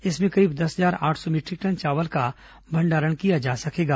इसमें करीब दस हजार आठ सौ मीटरिक टन चावल का भंडारण किया जा सकेगा